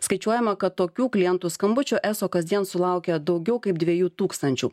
skaičiuojama kad tokių klientų skambučių eso kasdien sulaukia daugiau kaip dviejų tūkstančių